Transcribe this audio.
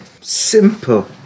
simple